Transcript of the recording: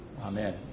amen